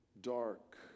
dark